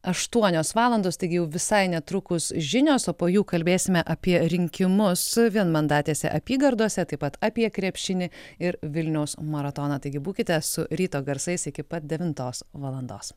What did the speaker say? aštuonios valandos taigi jau visai netrukus žinios o po jų kalbėsime apie rinkimus vienmandatėse apygardose taip pat apie krepšinį ir vilniaus maratoną taigi būkite su ryto garsais iki pat devintos valandos